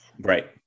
Right